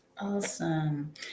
awesome